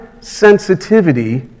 sensitivity